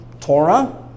Torah